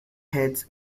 heads